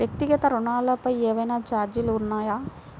వ్యక్తిగత ఋణాలపై ఏవైనా ఛార్జీలు ఉన్నాయా?